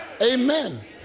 amen